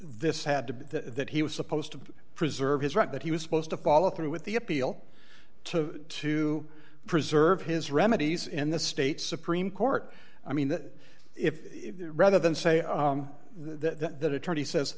this had to be that he was supposed to preserve his right that he was supposed to follow through with the appeal to to preserve his remedies in the state supreme court i mean that if rather than say that that attorney says